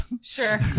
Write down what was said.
Sure